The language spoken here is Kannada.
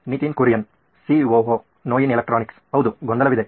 ನಿತಿನ್ ಕುರಿಯನ್ ಸಿಒಒ ನೋಯಿನ್ ಎಲೆಕ್ಟ್ರಾನಿಕ್ಸ್ ಹೌದು ಗೊಂದಲವಿದೆ